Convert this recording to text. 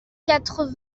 quatre